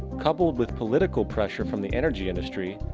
coupled with political pressure from the energy industry,